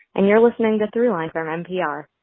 and you're listening to throughline from npr